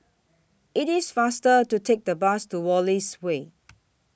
IT IS faster to Take The Bus to Wallace Way